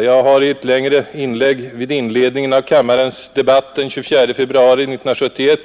Jag har i ett längre inlägg vid inledningen av kammarens stora debatt den 24 februari 1971